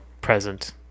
present